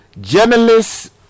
Journalists